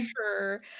sure